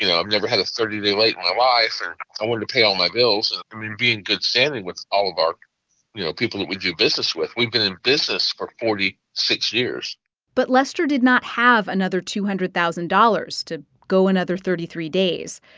you know i've never had a thirty day late in my life. and i wanted to pay all my bills um and be in good standing with all of our you know, people we do business with. we've been in business for forty six years but lester did not have another two hundred thousand dollars to go another thirty three days.